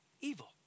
evil